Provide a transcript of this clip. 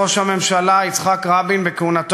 לשנות את המשוואה אל מול סיכולים ממוקדים של בכירים